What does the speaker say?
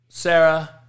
Sarah